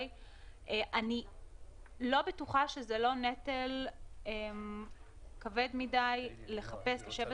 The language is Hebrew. אני לא בטוחה שזה לא נטל כבד מדי לשבת